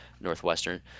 Northwestern